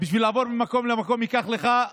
לעבור ממקום למקום ייקח לך שעות.